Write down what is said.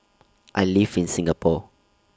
I live in Singapore